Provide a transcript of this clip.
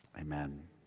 amen